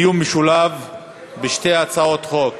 להעביר את הצעת חוק